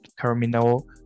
terminal